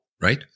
right